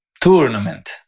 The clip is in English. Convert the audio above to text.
tournament